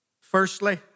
Firstly